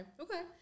Okay